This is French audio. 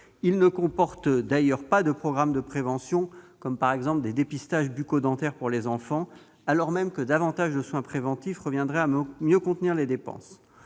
Il ne comporte d'ailleurs pas de programme de prévention, comme des dépistages bucco-dentaires pour les enfants, alors même que davantage de soins préventifs reviendraient à mieux contenir les dépenses.